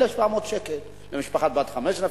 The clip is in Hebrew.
1,700 שקל למשפחה בת חמש נפשות,